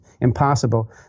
impossible